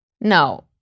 No